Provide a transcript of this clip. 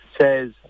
says